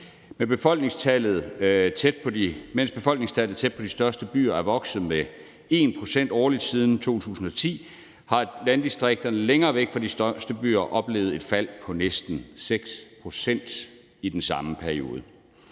Mens befolkningstallet tæt på de største byer er vokset med 1 pct. årligt siden 2010, har landdistrikterne længere væk fra de største byer oplevet et fald på næsten 6 pct. i den samme periode.